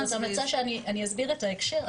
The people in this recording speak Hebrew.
זו המלצה שאני אסביר את ההקשר,